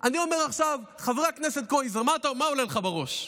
אני אומר עכשיו "חבר כנסת קרויזר" מה עולה לך בראש?